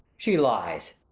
she lies,